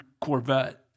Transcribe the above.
Corvette